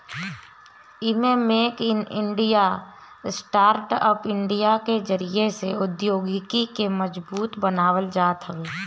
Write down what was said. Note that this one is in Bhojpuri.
एमे make in India, startup India के जरिया से औद्योगिकी के मजबूत बनावल जात हवे